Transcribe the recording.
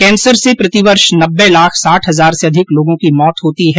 cancer से प्रतिवर्ष नब्बे लाख साठ हजार से अधिक लोगों की मौत होती है